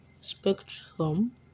spectrum